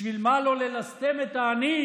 בשביל מה לו ללסטם את העני?